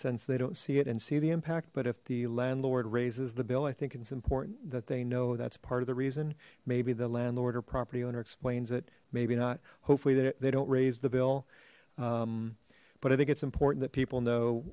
sense they don't see it and see the impact but if the landlord raises the bill i think it's that they know that's part of the reason maybe the landlord or property owner explains it maybe not hopefully they don't raise the bill but i think it's important that people know